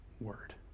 word